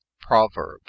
proverb